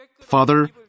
Father